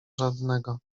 żadnego